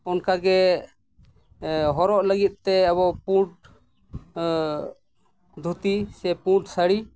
ᱚᱱᱠᱟᱜᱮ ᱟᱵᱚ ᱦᱚᱨᱚᱜ ᱞᱟᱹᱜᱤᱫ ᱛᱮ ᱯᱩᱸᱰ ᱫᱷᱩᱛᱤ ᱥᱮ ᱯᱩᱸᱰ ᱥᱟᱹᱲᱤ